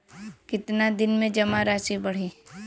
कितना दिन में जमा राशि बढ़ी?